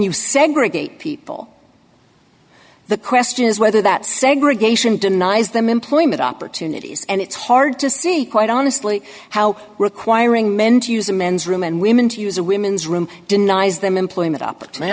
you segregate people the question is whether that segregation denies them employment opportunities and it's hard to see quite honestly how requiring men to use a men's room and women to use a women's room denies them employment